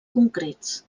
concrets